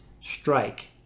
strike